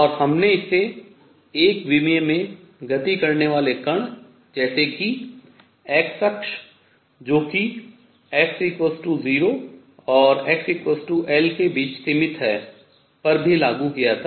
और हमने इसे एक विमीय में गति करने वाले कण जैसे कि x अक्ष जो की x0 और xL के बीच सीमित है पर भी लागू किया था